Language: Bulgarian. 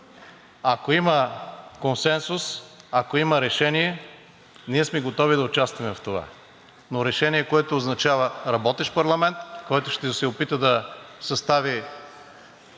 Ако има консенсус, ако има решение, ние сме готови да участваме в това, но решение, което означава работещ парламент, който ще се опита да състави,